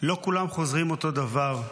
לא כולם חוזרים אותו דבר.